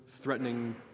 threatening